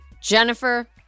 Jennifer